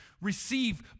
receive